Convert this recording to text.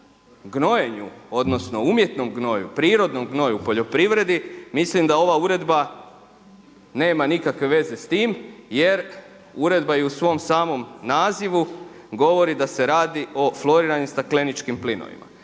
gnojenju odnosno umjetnom gnoju, prirodnom gnoju u poljoprivredi, mislim da ova uredba nema nikakve veze s tim jer uredba u svom samom nazivu govori da se radi o floriranim stakleničkim plinovima,